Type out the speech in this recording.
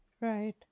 Right